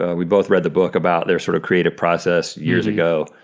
ah we both read the book about their sort of creative process, years ago.